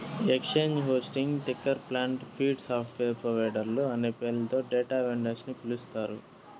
exchange hosting, ticker plant, feed, software ప్రొవైడర్లు అనే పేర్లతో డేటా వెండర్స్ ని పిలుస్తారు